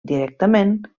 directament